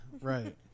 Right